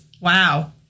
Wow